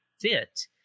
fit